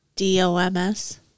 D-O-M-S